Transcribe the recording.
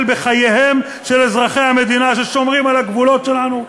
בחייהם של אזרחי המדינה ששומרים על הגבולות שלנו,